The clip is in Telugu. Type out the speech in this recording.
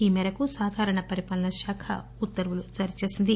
ఈ మేరకు సాధారణ పరిపాలన శాఖఉత్తర్వులు జారీచేసింది